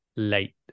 late